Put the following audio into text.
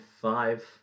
five